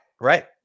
Right